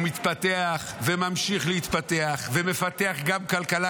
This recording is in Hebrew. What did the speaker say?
הוא מתפתח וממשיך להתפתח ומפתח גם כלכלה,